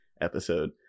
episode